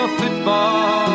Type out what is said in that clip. football